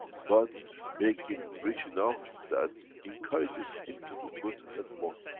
but make him rich enough that encourages him to do good and more.